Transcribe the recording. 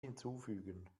hinzufügen